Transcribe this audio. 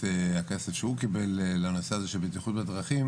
הכסף שהוא קיבל לנושא הזה של בטיחות בדרכים